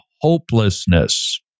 hopelessness